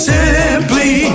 Simply